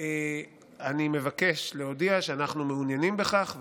אני מבקש להודיע שאנחנו מעוניינים בכך,